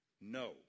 No